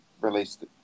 released